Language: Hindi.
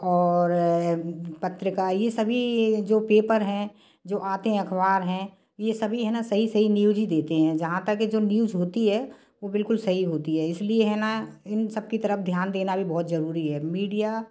और पत्रकार यह सभी जो पेपर है जो आते है अख़बार है यह सभी है न सही सही न्यूज़ ही देते हैं जहाँ तक जो न्यूज़ होती है वह बिल्कुल सही होती है इसलिए है न इन सब की तरफ ध्यान देना भी बहुत ज़रूरी है मीडिया